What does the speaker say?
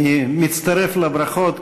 אני מצטרף לברכות,